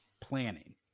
planning